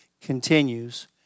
continues